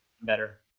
better